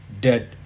dead